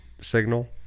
signal